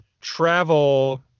travel